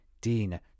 Dean